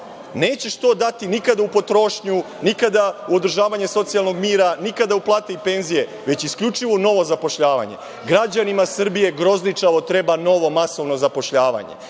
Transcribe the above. Nećeš to dati nikada u potrošnju, nikada u održavanje socijalnog mira, nikada u plate i penzije, već isključivo u novo zapošljavanje. Građanima Srbije grozničavo treba novo masovno zapošljavanje